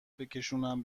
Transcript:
بکشونم